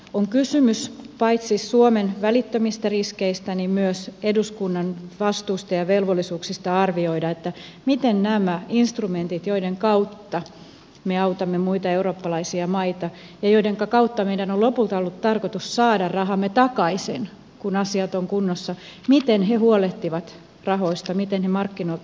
on kysymys paitsi suomen välittömistä riskeistä myös eduskunnan vastuusta ja velvollisuuksista arvioida miten nämä instrumentit joiden kautta me autamme muita eurooppalaisia maita ja joidenka kautta meidän on lopulta ollut tarkoitus saada rahamme takaisin kun asiat ovat kunnossa huolehtivat rahoista miten he markkinoilta hakevat rahaa